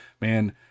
man